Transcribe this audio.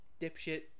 dipshit